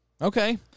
Okay